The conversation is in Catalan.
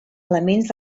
elements